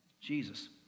Jesus